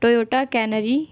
Toyota Camry